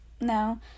No